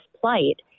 plight